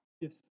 Yes